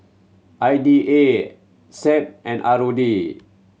I D A SEAB and R O D